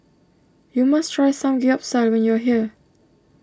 you must try Samgeyopsal when you are here